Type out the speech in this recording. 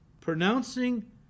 pronouncing